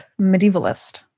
medievalist